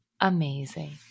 amazing